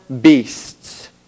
beasts